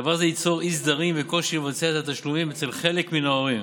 דבר זה ייצור אי-סדרים וקושי לבצע את התשלומים אצל חלק מן ההורים.